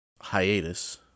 hiatus